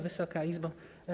Wysoka Izbo!